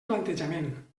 plantejament